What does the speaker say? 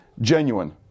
genuine